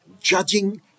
judging